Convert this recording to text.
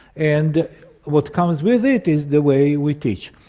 and what comes with it is the way we teach.